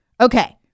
Okay